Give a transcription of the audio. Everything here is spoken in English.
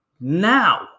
Now